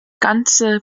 ganze